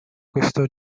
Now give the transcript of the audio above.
questo